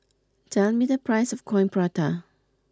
tell me the price of Coin Prata